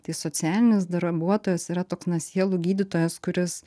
tai socialinis darbuotojas yra toks na sielų gydytojas kuris